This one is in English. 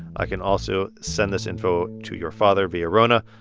i can also send this info to your father via rhona,